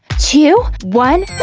two, one,